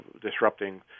disrupting